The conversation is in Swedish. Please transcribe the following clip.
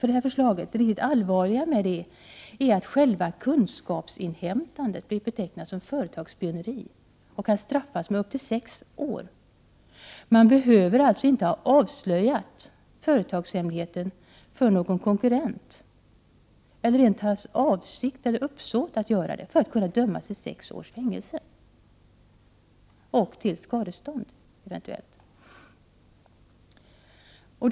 Det allvarliga med förslaget är att själva kunskapsinhämtandet betecknas som företagsspioneri och kan straffas med upp till sex års fängelse. Man behöver alltså inte ha avslöjat företagshemligheten för någon konkurrent eller rent av ha för avsikt att göra det för att dömas till upp till sex års fängelse och eventuellt till skadestånd.